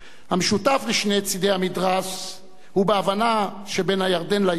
המשותף לשני צדי המתרס הוא בהבנה שבין הירדן לים,